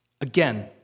Again